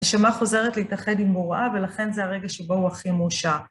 הנשמה חוזרת להתאחד עם בוראה, ולכן זה הרגע שבו הוא הכי מאושר.